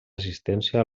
assistència